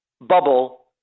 bubble